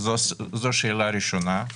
זו שאלה ראשונה.